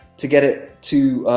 to get it to